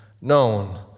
known